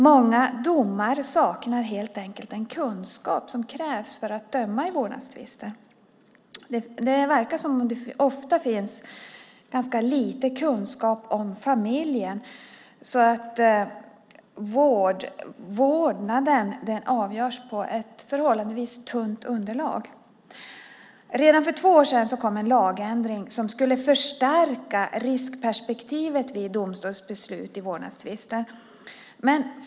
Många domare saknar helt enkelt den kunskap som krävs för att döma i vårdnadstvister. Det verkar som om det ofta finns ganska lite kunskap om familjen. Vårdnaden avgörs på ett förhållandevis tunt underlag. Redan för två år sedan kom en lagändring som skulle förstärka riskperspektivet vid domstolsbeslut i vårdnadstvister.